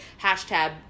hashtag